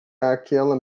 àquela